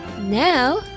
Now